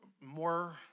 more